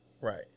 Right